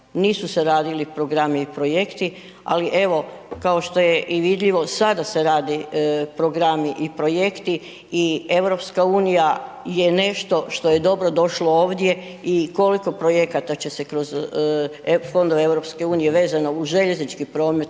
Nisu se radili programi i projekti, ali evo, kao što je i vidljivo, sada se radi programi i projekti i EU je nešto što je dobro došlo ovdje i koliko projekata će se kroz fondove EU vezano uz željeznički promet